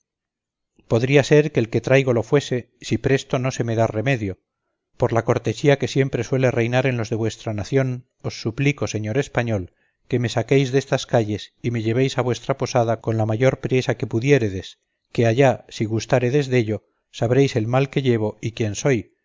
podría ser que el que traigo lo fuese si presto no se me da remedio por la cortesía que siempre suele reinar en los de vuestra nación os suplico señor español que me saquéis destas calles y me llevéis a vuestra posada con la mayor priesa que pudiéredes que allá si gustáredes dello sabréis el mal que llevo y quién soy